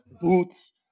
boots